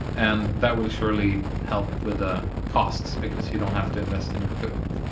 and that will surely help with ah costs because you don't have to invest in new equipment.